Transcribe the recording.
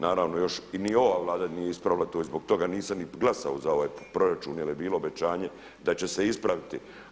Naravno još ni ova Vlada nije ispravila to i zbog toga nisam niti glasao za ovaj proračun, jer je bilo obećanje da će se ispraviti.